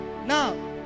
now